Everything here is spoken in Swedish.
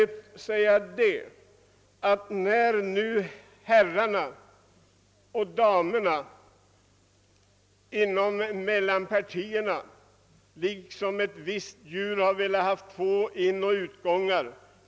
Herrarna och damerna i mellanpartierna har liksom ett visst djur velat ha två inoch utgångar.